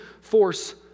force